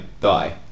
die